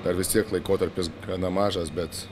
dar vis tiek laikotarpis gana mažas bet